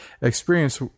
Experience